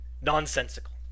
Nonsensical